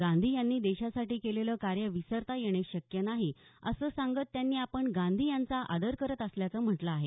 गांधी यांनी देशासाठी केलेलं कार्य विसरता येणे शक्य नाही असं सांगत त्यांनी आपण गांधी यांचा आदर करत असल्याचं म्हटलं आहे